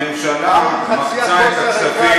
לכן הממשלה מקצה את הכספים,